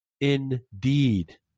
indeed